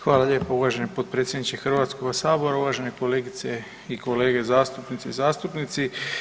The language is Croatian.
Hvala lijepa uvaženi potpredsjedniče Hrvatskoga sabora, uvažene kolegice i kolege zastupnice i zastupnici.